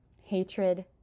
hatred